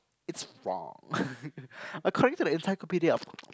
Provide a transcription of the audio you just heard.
it's wrong according to the encyclopedia of